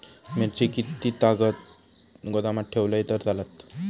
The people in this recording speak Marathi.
मिरची कीततागत मी गोदामात ठेवलंय तर चालात?